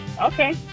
Okay